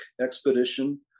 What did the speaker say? expedition